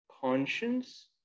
conscience